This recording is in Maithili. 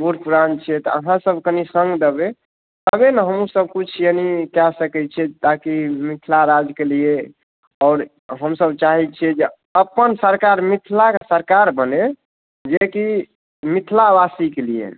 बुढ़ पुरान छियै तऽ अहाँ सब कनि सङ्ग देबै तबे ने हमहुँ सब किछु यानि कै सकैत छियै ताकि मिथिला राज्यके लिए आओर हमसब चाहे छियै जे अपन सरकार मिथिलाके सरकार बने जेकि मिथिला वासीके लिए